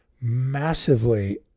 massively